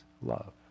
love